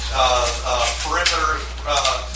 Perimeter